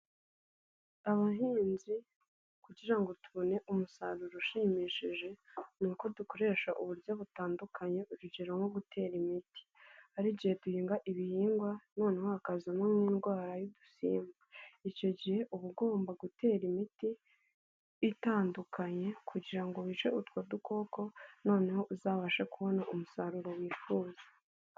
Abahinzi kugira ngo tubone umusaruro ushimishije ni uko dukoresha uburyo butandukanye urugero nko gutera imiti, hari igihe duhinga ibihingwa noneho hakazawa mu ndwara y'udusimba, icyo gihe uba ugomba gutera imiti itandukanye kugira ngo wice utwo dukoko noneho uzabasha kubona umusaruro wifuza.